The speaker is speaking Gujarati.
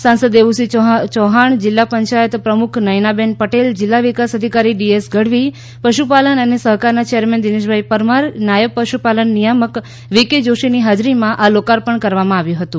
સાંસદ દેવુસિંહ ચૌહાણ જિલ્લા પંચાયત પ્રમુખ નયનાબેન પટેલ જિલ્લા વિકાસ અધિકારી ડીએસ ગઢવી પશુપાલન અને સહકારના ચેરમેન દિનેશભાઇ પરમાર નાયબ પશુપાલન નિયામક વી કે જોશીની હાજરીમાં આ લોકાર્પણ કરવામાં આવ્યું હતું